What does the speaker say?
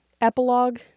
epilogue